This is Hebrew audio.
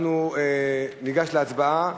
אנחנו ניגש להצבעה.